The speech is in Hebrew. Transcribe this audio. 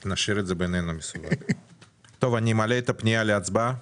אני מעלה את הפנייה להצבעה